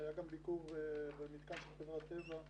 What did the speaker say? היה גם ביקור במתקן של חברת טבע,